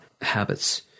habits